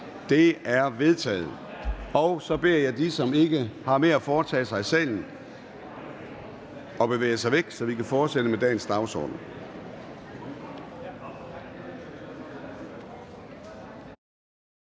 Det er vedtaget. Så beder jeg dem, som ikke har mere at foretage sig i salen, om at bevæge sig væk, så vi kan fortsætte med dagens dagsorden.